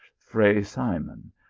fray simon,